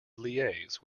liaise